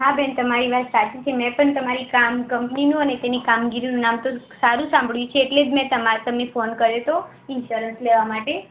હા બેન તમારી વાત સાચી છે મેં પણ તમારી કંપનીનું અને તેની કામગીરીનું નામ તો સારું સાંભળ્યું છે એટલે જ મેં તમારા પર ફોન મેં કર્યો હતો ઇન્સ્યોરન્સ લેવા માટે